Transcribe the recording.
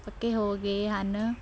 ਪੱਕੇ ਹੋ ਗਏ ਹਨ